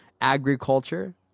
agriculture